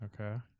Okay